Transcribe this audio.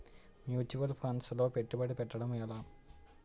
Mutual funds లో పెట్టుబడి పెట్టడం ఎలా?